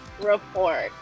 report